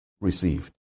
received